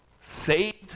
Saved